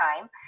time